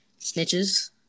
snitches